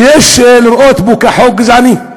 ויש לראות בו חוק גזעני.